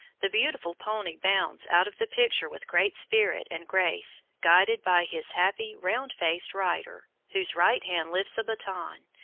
the beautiful pony bounds out of the picture with great spirit and grace, guided by his happy, round-faced rider, whose right hand lifts a baton,